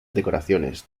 decoraciones